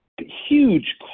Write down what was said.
huge